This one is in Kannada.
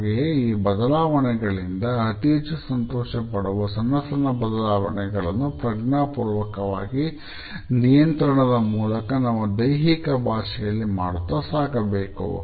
ಹಾಗೆಯೇ ಈ ಬದಲಾವಣೆಗಳಿಂದ ಅತಿ ಹೆಚ್ಚು ಸಂತೋಷಪಡುವ ಸಣ್ಣ ಸಣ್ಣ ಬದಲಾವಣೆಗಳನ್ನು ಪ್ರಜ್ಞಾಪೂರ್ವಕವಾಗಿ ನಿಯಂತ್ರಣದ ಮೂಲಕ ನಮ್ಮ ದೈಹಿಕ ಭಾಷೆಯಲ್ಲಿ ಮಾಡುತ್ತಾ ಸಾಗಬೇಕು